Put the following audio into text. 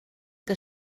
que